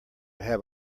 have